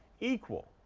equal?